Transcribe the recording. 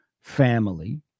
family